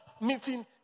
meeting